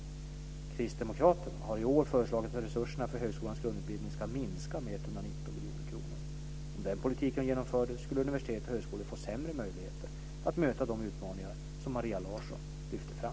Kristdemokraterna har i år föreslagit att resurserna för högskolans grundutbildning ska minska med 119 miljoner kronor. Om den politiken genomfördes skulle universiteten och högskolorna få sämre möjligheter att möta de utmaningar som Maria Larsson lyfter fram.